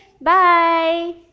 Bye